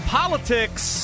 politics